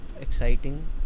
exciting